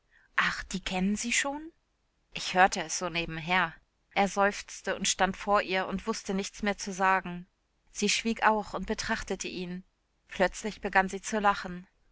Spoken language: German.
ach die kennen sie schon ich hörte es so nebenher er seufzte und stand vor ihr und wußte nichts mehr zu sagen sie schwieg auch und betrachtete ihn plötzlich begann sie zu lachen